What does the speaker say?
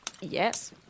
Yes